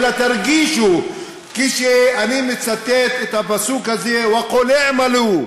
תרגישו כשאני מצטט את הפסוק הזה: וקל אעמלו.